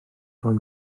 rhoi